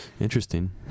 Interesting